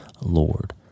Lord